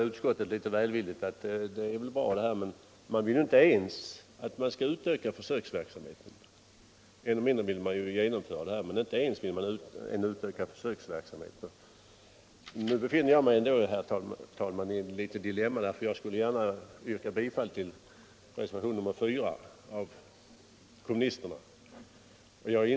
Utskottet säger att det här är nog bra, men man vill inte ens utöka försöksverksamheten och än mindre genomföra detta förslag. Jag befinner mig här i ett dilemma. Jag instämmer i klämmen till reservationen 4 av kommunisterna.